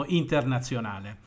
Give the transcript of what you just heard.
internazionale